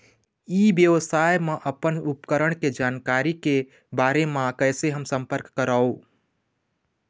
ई व्यवसाय मा अपन उपकरण के जानकारी के बारे मा कैसे हम संपर्क करवो?